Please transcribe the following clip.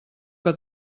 que